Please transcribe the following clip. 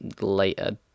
later